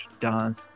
dance